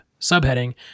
subheading